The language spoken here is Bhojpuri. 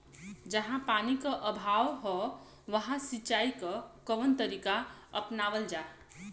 जहाँ पानी क अभाव ह वहां सिंचाई क कवन तरीका अपनावल जा?